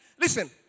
listen